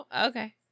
Okay